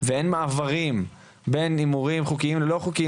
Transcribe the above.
ואין מעברים בין הימורים חוקיים ולא חוקיים,